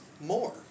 more